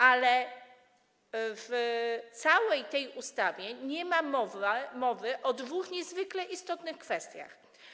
Ale w całej ustawie nie ma mowy o dwóch niezwykle istotnych kwestiach.